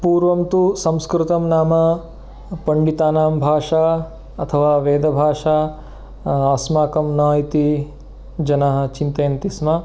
पूर्वं तु संस्कृतं नाम पण्डितानां भाषा अथवा वेदभाषा अस्माकं न इति जनाः चिन्तयन्ति स्म